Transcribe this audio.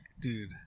dude